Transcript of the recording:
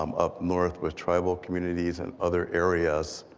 um up north with tribal communities and other areas,